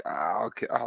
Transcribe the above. okay